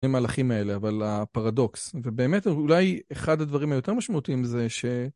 המהלכים האלה אבל הפרדוקס ובאמת אולי אחד הדברים היותר משמעותיים זה ש